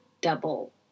double